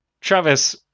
Travis